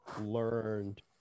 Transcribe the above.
learned